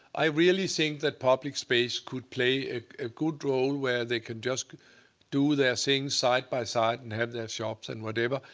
i really think that public space could play a good role where they can just do their things side by side, and have their shops and whatever,